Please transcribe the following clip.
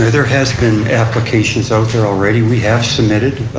there there has been applications out there already. we have submitted